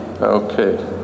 Okay